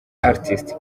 artist